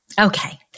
Okay